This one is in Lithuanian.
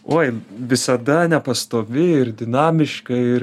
oi visada nepastovi ir dinamiška ir